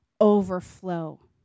overflow